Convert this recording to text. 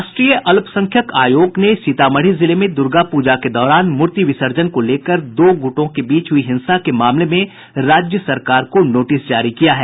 राष्ट्रीय अल्पसंख्यक आयोग ने सीतामढ़ी जिले में दुर्गा पूजा के दौरान मूर्ति विसर्जन को लेकर दो गुटों के बीच हुई हिंसा के मामले में राज्य सरकार को नोटिस जारी किया है